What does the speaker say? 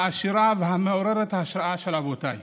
העשירה והמעוררת השראה של אבותיי.